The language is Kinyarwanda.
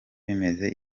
bimeze